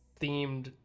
themed